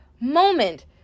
moment